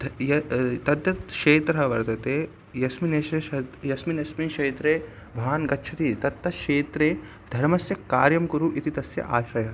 थ य तद् क्षेत्रः वर्तते यस्मिन् यस्मिन् यस्मिन् क्षेत्रे भवान् गच्छति तत्तत् क्षेत्रे धर्मस्य कार्यं कुरु इति तस्य आशयः